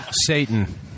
Satan